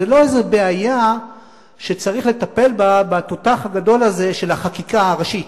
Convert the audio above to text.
זו לא איזו בעיה שצריך לטפל בה בתותח הגדול הזה של החקיקה הראשית.